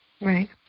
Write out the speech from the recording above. Right